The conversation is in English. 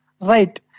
right